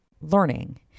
learning